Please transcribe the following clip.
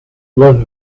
love